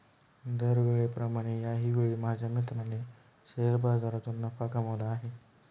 दरवेळेप्रमाणे याही वेळी माझ्या मित्राने शेअर बाजारातून नफा कमावला आहे